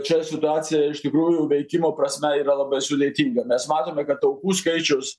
čia situacija iš tikrųjų veikimo prasme yra labai sudėtinga mes matome kad aukų skaičius